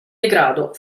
degrado